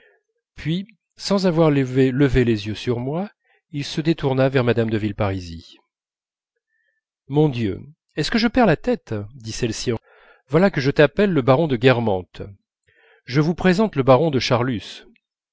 puis sans avoir levé les yeux sur moi il se détourna vers mme de villeparisis mon dieu est-ce que je perds la tête dit celle-ci voilà que je t'appelle le baron de guermantes je vous présente le baron de charlus